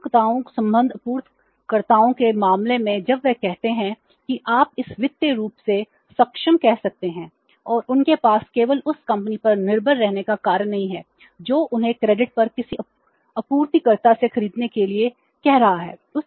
आपूर्तिकर्ताओं संबंध आपूर्तिकर्ताओं के मामले में जब वे कहते हैं कि आप इसे वित्तीय रूप से सक्षमकह सकते हैं और उनके पास केवल उस कंपनी पर निर्भर रहने का कारण नहीं है जो उन्हें क्रेडिट पर किसी आपूर्तिकर्ता से खरीदने के लिए कह रहा है